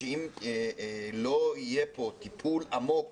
שאם לא יהיה פה טיפול עמוק